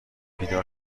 بیدار